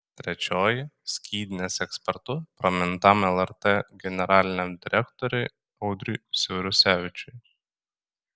trečioji skydinės ekspertu pramintam lrt generaliniam direktoriui audriui siaurusevičiui